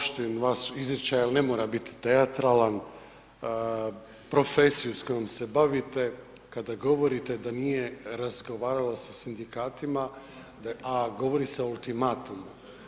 Poštujem vaš izričaj ali ne mora biti teatralan, profesiju s kojom se bavite, kada govorite da nije razgovaralo se sa sindikatima a govori se o ultimatumu.